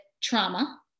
trauma